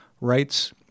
rights